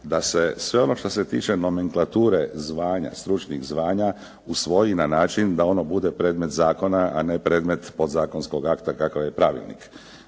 da se sve ono što se tiče nomenklature zvanja, stručnih zvanja usvoji na način da ono bude predmet zakona, a ne predmet podzakonskog akta, kakav je pravilnik.